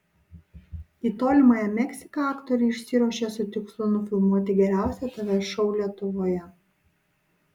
į tolimąją meksiką aktoriai išsiruošė su tikslu nufilmuoti geriausią tv šou lietuvoje